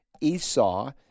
Esau